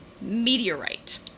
meteorite